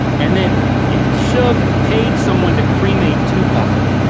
and then shug paid someone to cremate tupac,